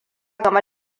game